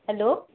hello